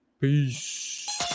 Peace